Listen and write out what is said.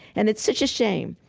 and it's such a shame.